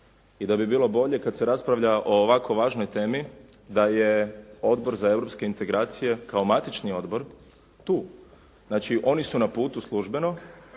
i da bi bilo bolje kad se raspravlja o ovako važnoj temi da je Odbor za europske integracije kao matični odbor tu. Znači oni su na putu službeno